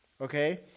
okay